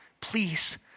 Please